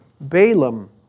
Balaam